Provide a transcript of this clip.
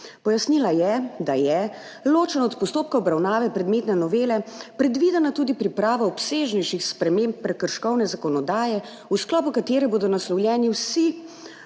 Pojasnila je, da je, ločeno od postopka obravnave predmetne novele, predvidena tudi priprava obsežnejših sprememb prekrškovne zakonodaje, v sklopu katere bodo naslovljeni vsi